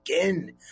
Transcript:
again